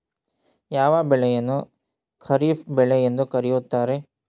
ಯಾವ ಬೆಳೆಯನ್ನು ಖಾರಿಫ್ ಬೆಳೆ ಎಂದು ಕರೆಯುತ್ತಾರೆ?